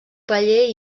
paller